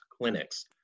clinics